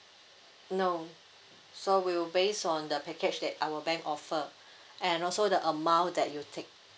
no so we'll base on the package that our bank offer and also the amount that you take